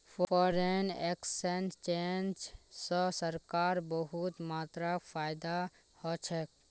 foreign exchange स सरकारक बहुत मात्रात फायदा ह छेक